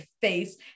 face